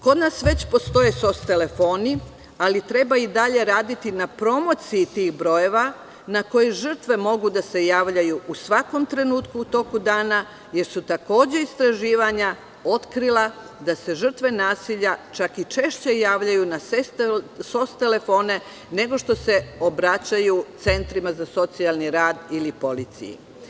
Kod nas već postoje SOS telefoni, ali treba i dalje raditi na promociji tih brojeva na koje žrtve mogu da se javljaju u svakom trenutku u toku dana, jer su takođe istraživanja otkrila da se žrtve nasilja čak i češće javljaju na SOS telefone, nego što se obraćaju centrima za socijalni rad ili policiji.